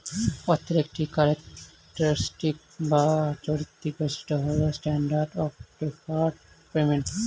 অর্থের একটি ক্যারেক্টারিস্টিক বা চারিত্রিক বৈশিষ্ট্য হল স্ট্যান্ডার্ড অফ ডেফার্ড পেমেন্ট